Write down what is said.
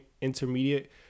intermediate